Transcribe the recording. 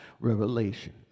revelation